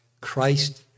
Christ